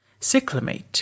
cyclamate